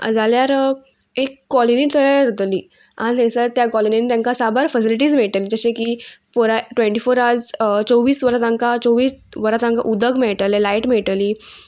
जाल्यार एक कॉलनी तयार जातली आनी थंयसर त्या कॉलनीन तेंकां साबार फेसिलिटीज मेळटली जशें की पुराय ट्वेंटी फोर आर्स चोवीस वरां तांकां चोवीस वरां तांकां उदक मेळटलें लायट मेळटली